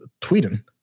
tweeting